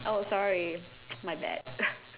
oh sorry my bad